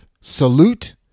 salute